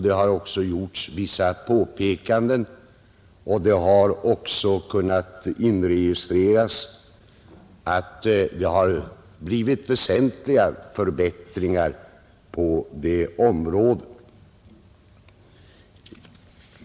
Det har även gjorts vissa påpekanden, och väsentliga förbättringar på det området har kunnat inregistreras.